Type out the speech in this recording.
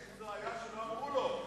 זה היה שלא אמרו לו.